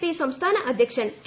P സംസ്ഥാന അധ്യക്ഷൻ ്കെ